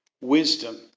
Wisdom